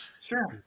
Sure